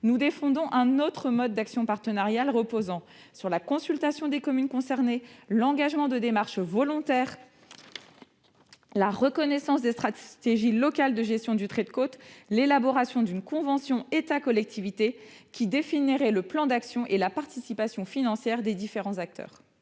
Nous défendons un autre mode d'action partenariale, reposant sur la consultation des communes concernées, sur l'engagement de démarches volontaires, sur la reconnaissance des stratégies locales de gestion du trait de côte et sur l'élaboration d'une convention État-collectivités définissant le plan d'action ainsi que la participation financière des différents acteurs.